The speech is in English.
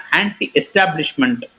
anti-establishment